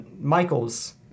Michael's